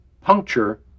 puncture